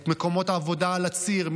מקומות עבודה על הציר,